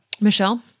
Michelle